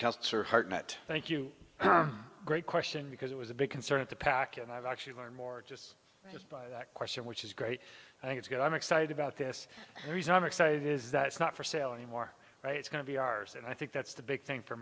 net thank you great question because it was a big concern of the pack and i've actually learned more just just by that question which is great i think it's good i'm excited about this reason i'm excited is that it's not for sale anymore it's going to be ours and i think that's the big thing for